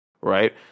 Right